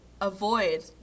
avoid